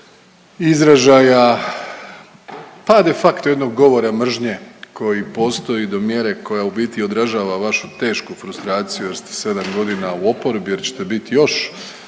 izražaja pa de facto jednog govora mržnje koji postoji do mjere koja u biti odražava vašu tešku frustraciju jer ste 7 godina u oporbi, jer ćete biti još.